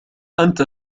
أنت